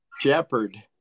shepherd